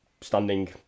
standing